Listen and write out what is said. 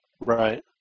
Right